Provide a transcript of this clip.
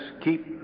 keep